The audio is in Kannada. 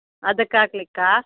ಅದಕ್ಕೆ ಹಾಕ್ಲಿಕ್ಕಾ